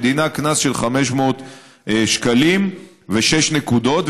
ודינה קנס של 500 שקלים ושש נקודות.